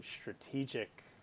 strategic